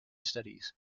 studies